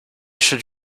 should